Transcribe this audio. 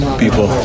people